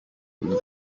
the